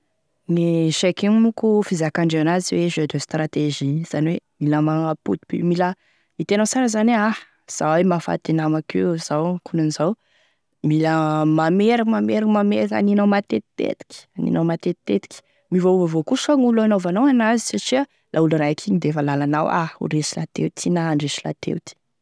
Gn'échec igny moa koa zany e fizakandreo an'azy jeu de stratégie, zany hoe mila magnapotiky mila itenao sara hoe ha zao e mahafaty e namako io, izao e akonan'izao, mila mamerigny mamerigny mamerigny anignao matetitetiky, anignao matetitetiky, miovaova avao koa sa gn'olo anaovanao an'azy satria la olo raiky igny defa lalanao ha ho resy lahateo ty na handresy lahateo ty.